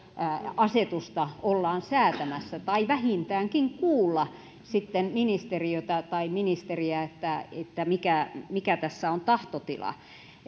asetusta ollaan säätämässä tai vähintäänkin kuulla ministeriötä ja ministeriä että että mikä mikä tässä on tahtotila